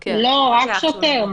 לא, רק שוטר.